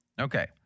Okay